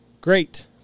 great